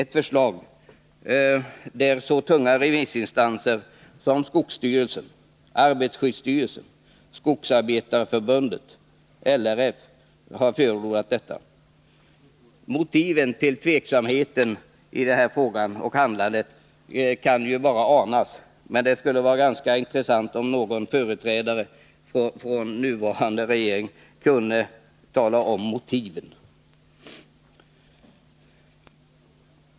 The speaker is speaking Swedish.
Detta förslag har förordats av så tunga remissinstanser som skogsstyrelsen, arbetarskyddsstyrelsen, Skogsarbetareförbundet och LRF. Motiven för regeringens tveksamhet och handlande i denna fråga kan bara anas. Det skulle därför vara intressant om någon företrädare för vår nuvarande regering kunde informera om motiven.